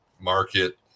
market